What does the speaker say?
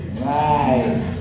Nice